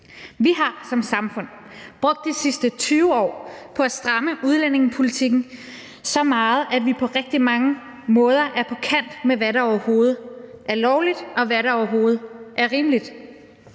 Vi har som samfund brugt de sidste 20 år på at stramme udlændingepolitikken så meget, at vi på rigtig mange måder er på kant med, hvad der overhovedet er lovligt, og hvad der overhovedet er rimeligt.